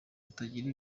utagira